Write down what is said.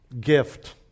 Gift